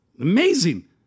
Amazing